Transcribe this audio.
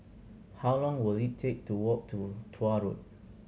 how long will it take to walk to Tuah Road